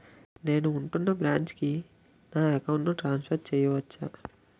నేను ఉంటున్న బ్రాంచికి నా అకౌంట్ ను ట్రాన్సఫర్ చేయవచ్చా?